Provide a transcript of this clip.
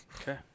Okay